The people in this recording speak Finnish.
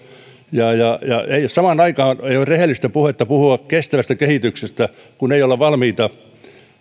eikä ole samaan aikaan rehellistä puhetta puhua kestävästä kehityksestä kun ei olla valmiita